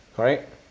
correct